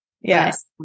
Yes